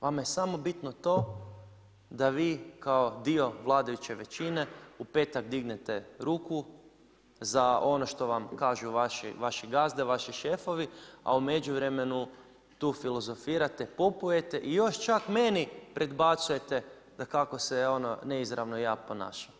Vama je samo bitno to da vi kao dio vladajuće većine u petak dignete ruku za ono što vam kažu vaše gazde, vaši šefovi, a u međuvremenu tu filozofirate, popujete i još čak meni predbacujete da kako se ja ono neizravno ono ja ponašam.